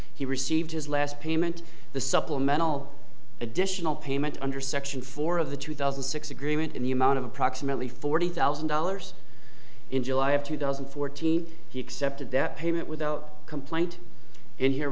he received his last payment the supplemental additional payment under section four of the two thousand and six agreement in the amount of approximately forty thousand dollars in july of two thousand and fourteen he accepted that payment without complaint and here